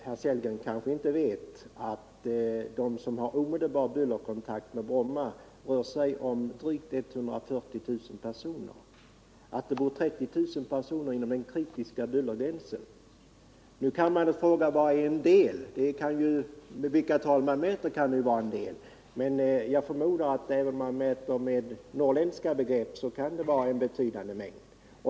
Herr Sellgren kanske inte vet att det är drygt 140 000 personer som har omedelbar bullerkontakt med Bromma och att det bor 30 000 personer inom den kritiska bullergränsen. Det kan naturligtvis diskuteras vad som avses med ”en del”, men även om man mäter med norrländska mått kan det kanske innebära en betydande mängd.